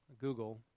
Google